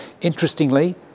Interestingly